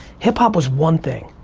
hip hop was one thing,